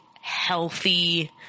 healthy